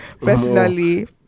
personally